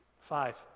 Five